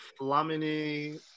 Flamini